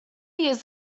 years